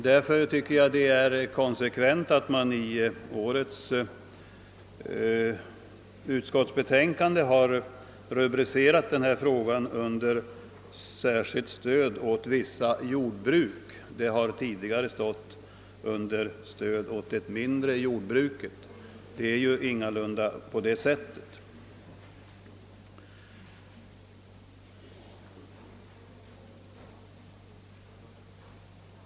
Därför tycker jag det är konsekvent att man i årets utskottsbetänkande har rubricerat den här frågan »särskilt stöd åt vissa jordbruk« — det har tidigare stått under »stöd åt det mindre jordbruket«, och det är ju inte helt en riktig rubrik.